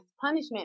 punishment